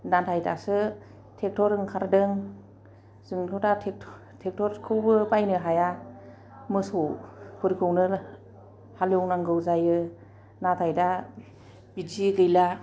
नाथाय दासो ट्रेक्टर ओंखारदों जोंथ'दा ट्रेक्टर खौबो बायनो हाया मोसौफोरखौनो हालेव नांगौ जायो नाथाय दा बिदि गैला